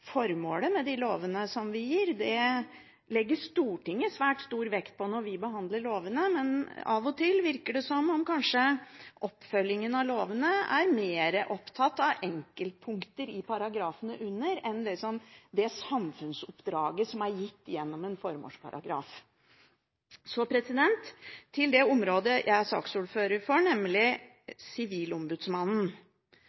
formålet med de lovene vi gir. Det legger Stortinget svært stor vekt på når vi behandler lovene, men av og til virker det som at ved oppfølgingen av lovene er en mer opptatt av enkeltpunkter i paragrafene under enn det samfunnsoppdraget som er gitt gjennom en formålsparagraf. Så til det området jeg er saksordfører for, nemlig